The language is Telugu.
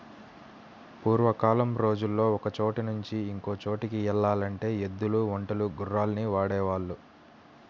పూర్వకాలం రోజుల్లో ఒకచోట నుంచి ఇంకో చోటుకి యెల్లాలంటే ఎద్దులు, ఒంటెలు, గుర్రాల్ని వాడేవాళ్ళు